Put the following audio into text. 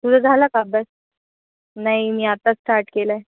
तुझा झाला का अभ्यास नाही मी आत्ता स्टार्ट केलं आहे